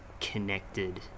connected